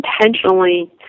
intentionally